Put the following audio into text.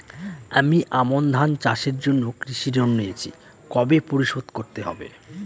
আমি আমন ধান চাষের জন্য কৃষি ঋণ নিয়েছি কবে পরিশোধ করতে হবে?